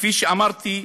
כפי שאמרתי,